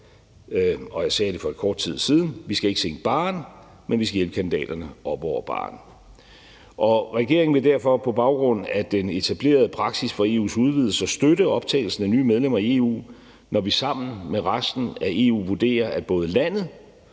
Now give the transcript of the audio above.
som jeg sagde for kort tid siden, skal vi ikke sænke barren, men hjælpe kandidaterne op over barren. Regeringen vil derfor på baggrund af den etablerede praksis for EU's udvidelse støtte optagelsen af nye medlemmer i EU, når vi sammen med resten af EU vurderer, at både landet